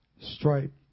stripe